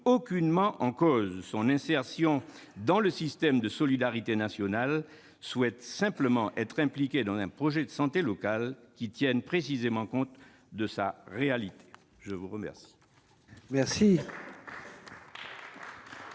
aucunement en cause son insertion dans le système de solidarité nationale, mais souhaite être impliquée dans un projet de santé local qui tienne précisément compte de sa réalité. Très bien